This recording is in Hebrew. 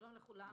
שלום לכולם.